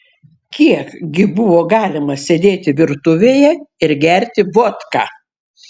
kiek gi buvo galima sėdėti virtuvėje ir gerti vodką